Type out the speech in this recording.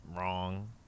Wrong